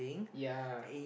yea